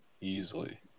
easily